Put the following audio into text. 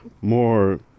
more